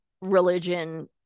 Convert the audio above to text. religion